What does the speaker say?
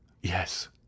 Yes